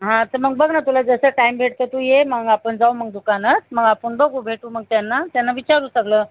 हां तर मग बघ ना तुला जसं टाईम भेटतं तू ये मग आपण जाऊ मग दुकानात मग आपण बघू भेटू मग त्यांना त्यांना विचारू सगळं